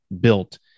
built